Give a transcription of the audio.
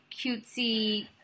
cutesy